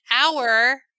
hour